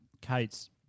Kate's